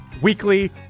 weekly